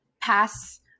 pass